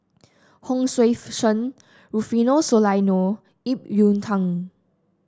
Hon Sui Sen Rufino Soliano Ip Yiu Tung